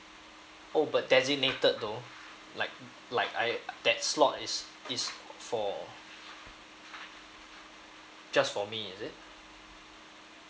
oh but designated though like like I that slot is is for just for me is it